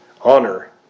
honor